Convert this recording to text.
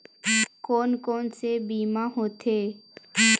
कोन कोन से बीमा होथे?